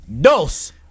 dos